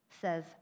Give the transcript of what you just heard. says